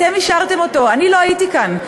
אתם אישרתם אותו, אני לא הייתי כאן.